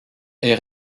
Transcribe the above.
est